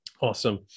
Awesome